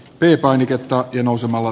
pekoniketta ja nousemalla